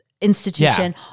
institution